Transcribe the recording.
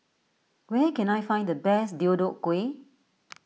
where can I find the best Deodeok Gui